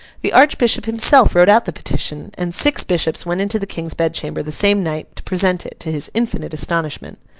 the archbishop himself wrote out the petition, and six bishops went into the king's bedchamber the same night to present it, to his infinite astonishment.